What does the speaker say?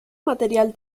material